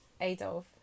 Adolf